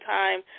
time